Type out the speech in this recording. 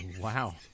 Wow